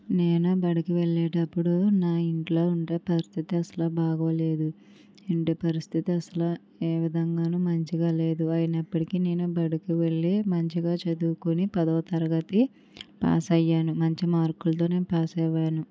నేను బడికి వెళ్ళేటప్పుడు నా ఇంట్లో ఉండే పరిస్థితి అసలు బాగలేదు ఇంటి పరిస్థితి అస్సలు ఏ విధంగాను మంచిగా లేదు అయినప్పటికీ నేను బడికి వెళ్ళి మంచిగా చదువుకుని పదవ తరగతి పాస్ అయ్యాను మంచి మార్కులతోనే పాస్ అయ్యాను